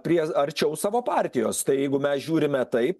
prie arčiau savo partijos jeigu mes žiūrime taip